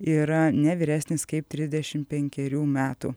yra ne vyresnis kaip trisdešim penkerių metų